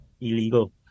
illegal